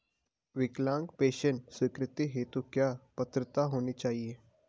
विकलांग पेंशन स्वीकृति हेतु क्या पात्रता होनी चाहिये?